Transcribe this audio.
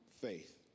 faith